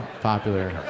popular